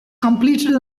completed